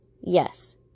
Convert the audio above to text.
Yes